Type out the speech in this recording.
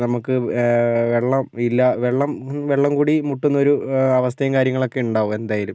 നമുക്ക് വെള്ളം ഇല്ലാ വെള്ളം വെള്ളംകുടി മുട്ടുന്ന ഒരു അവസ്ഥയും കാര്യങ്ങളൊക്കെയുണ്ടാകും എന്തായാലും